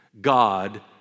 God